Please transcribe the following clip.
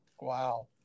Wow